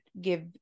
give